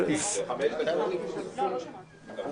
700 הסתייגויות זה מבזה.